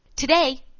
Today